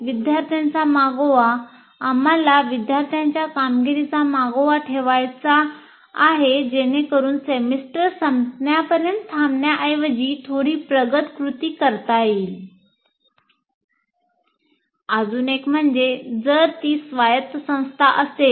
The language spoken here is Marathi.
विद्यार्थ्यांचा मागोवा आम्हाला विद्यार्थ्यांच्या कामगिरीचा मागोवा ठेवायचा आहे जेणेकरून सेमेस्टर संपण्यापर्यंत थांबण्याऐवजी थोडी प्रगत कृती करता येईल